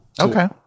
Okay